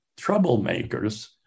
troublemakers